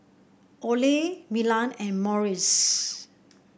Olay Milan and Morries